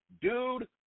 Dude